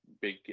big –